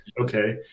okay